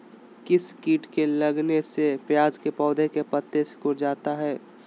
किस किट के लगने से प्याज के पौधे के पत्ते सिकुड़ जाता है?